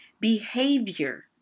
behavior